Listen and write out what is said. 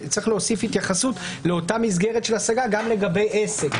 להוסיף התייחסות לאותה מסגרת של השגה גם לגבי 10,